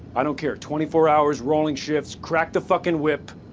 i don't care. twenty four hours rolling shifts cracked a fuckin whip.